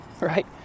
Right